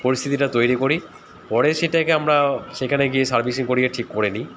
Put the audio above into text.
পরিস্থিতিটা তৈরি করি পরে সেটাকে আমরা সেখানে গিয়ে সার্ভিসিং করিয়ে ঠিক করে নিই